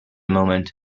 moment